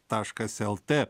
taškas lt